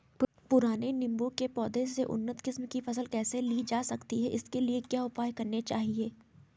पुराने नीबूं के पौधें से उन्नत किस्म की फसल कैसे लीटर जा सकती है इसके लिए क्या उपाय करने चाहिए?